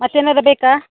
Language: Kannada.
ಮತ್ತೆ ಏನಾರ ಬೇಕಾ